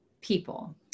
people